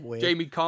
jamie